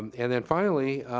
and then finally,